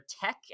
tech